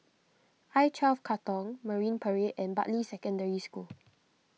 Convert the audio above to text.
I twelve Katong Marine Parade and Bartley Secondary School